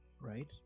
right